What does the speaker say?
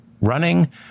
running